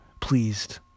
pleased